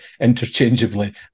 interchangeably